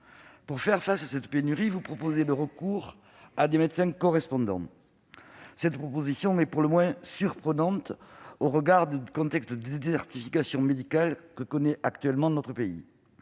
Pour faire face à cette pénurie, vous proposez de recourir à des médecins correspondants. C'est pour le moins surprenant, compte tenu du contexte de désertification médicale que connaît actuellement notre pays.